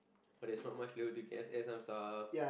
but there's not much flavour to it add some stuff